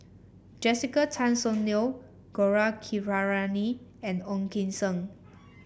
Jessica Tan Soon Neo Gaurav Kripalani and Ong Kim Seng